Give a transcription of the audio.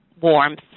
warmth